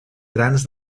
grans